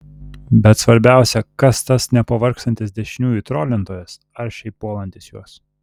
bet svarbiausia kas tas nepavargstantis dešiniųjų trolintojas aršiai puolantis juos